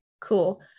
cool